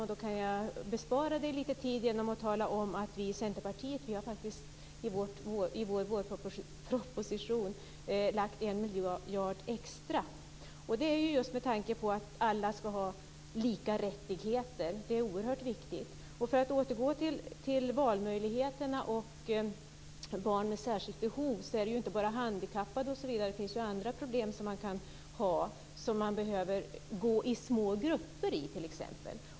Jag kan bespara Eva Johansson lite tid genom att tala om att vi i Centerpartiet i vår vårproposition avsätter 1 miljard extra, just med tanke på att alla skall ha lika rättigheter. Detta är oerhört viktigt. För att återgå till frågan om valmöjligheter och barn med särskilda behov vill jag säga att det inte bara gäller handikappade. Man kan ju ha andra problem som gör att man behöver gå i små grupper t.ex.